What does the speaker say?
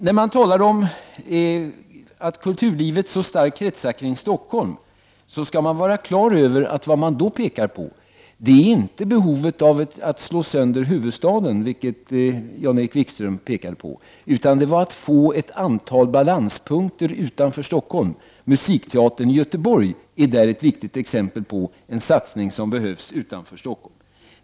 När man talar om att kulturlivet så starkt kretsar kring Stockholm, skall man vara klar över att vad man då pekar på är inte behovet av att slå sönder huvudstaden, vilket Jan-Erik Wikström framhållit, utan behovet av att få ett antal balanspunkter utanför Stockholm. Musikteatern i Göteborg är ett viktigt exempel på en satsning som behövs utanför Stockholm.